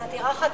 זו עתירה חדשה,